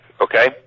Okay